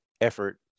effort